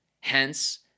Hence